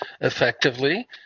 effectively